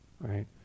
right